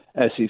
SEC